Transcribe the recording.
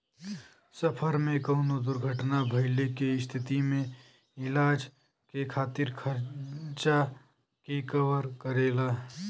सफर में कउनो दुर्घटना भइले के स्थिति में इलाज के खातिर खर्चा के कवर करेला